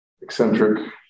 eccentric